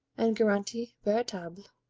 and garanti veritable,